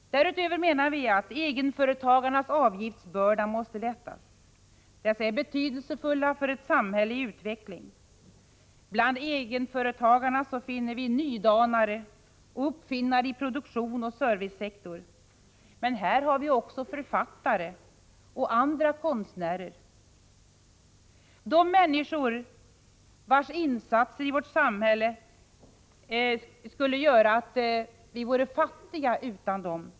Därutöver menar vi att egenföretagarnas avgiftsbörda måste lättas. Dessa är betydelsefulla för ett samhälle i utveckling. Bland egenföretagare finner vi nydanare och uppfinnare i produktion och servicesektor. Här har vi också författare och andra konstnärer — människor utan vilkas insatser vårt samhälle skulle vara fattigt.